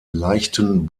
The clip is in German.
leichten